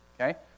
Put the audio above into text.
Okay